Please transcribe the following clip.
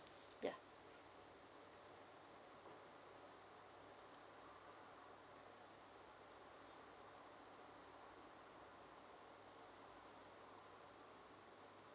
ya